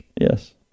Yes